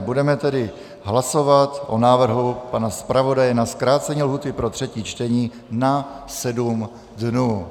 Budeme tedy hlasovat o návrhu pana zpravodaje na zkrácení lhůty pro třetí čtení na sedm dnů.